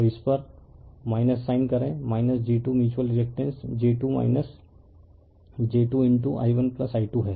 तो इस पर साइन करें j 2 mutual reactance j 2 j 2i1i2 है